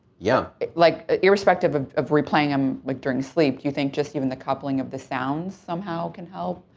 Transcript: yeah. rhonda yeah like ah irrespective of of replaying them, like, during sleep, do you think just even the coupling of the sound somehow can help,